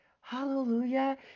hallelujah